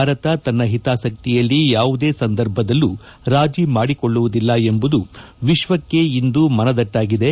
ಭಾರತ ತನ್ನ ಹಿತಾಸಕ್ತಿಯಲ್ಲಿ ಯಾವುದೇ ಸಂದರ್ಭದಲ್ಲೂ ರಾಜಿ ಮಾಡಿಕೊಳ್ಳುವುದಿಲ್ಲ ಎಂಬುದು ವಿಶ್ವಕ್ಕೆ ಇಂದು ಮನದಟ್ಟಾಗಿದೆ